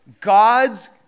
God's